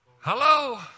Hello